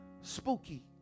spooky